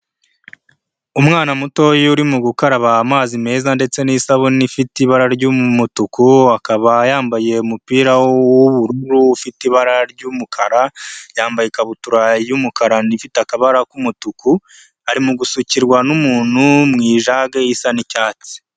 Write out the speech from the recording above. Umwana muto uri mu gukaraba amazi meza ndetse n'isabune ifite ibara ry'umutuku, akaba yambaye umupira w'ubururu ufite ibara ry'umukara, yambaye ikabutura y'umukara ifite akabara k'umutuku arimo gusukirwa n'umuntu mu ijagi isa n'icyatsi.